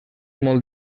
molt